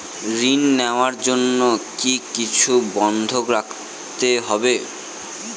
ঋণ নেওয়ার জন্য কি কিছু বন্ধক রাখতে হবে?